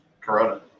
Corona